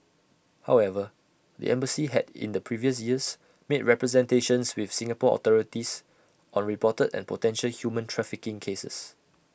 however the embassy had in the previous years made representations with Singapore authorities on reported and potential human trafficking cases